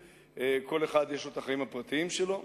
כל אחד יש לו את החיים הפרטיים שלו,